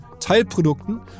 Teilprodukten